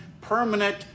permanent